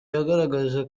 yagaragaje